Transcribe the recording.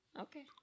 Okay